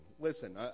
Listen